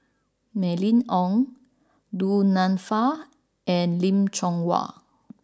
Mylene Ong Du Nanfa and Lim Chong Yah